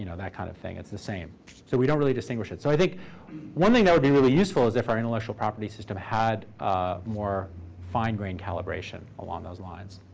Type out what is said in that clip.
you know that kind of thing. it's the same. so we don't really distinguish it. so i think one thing that would be really useful is if our intellectual property system had more fine-grain calibration along those lines.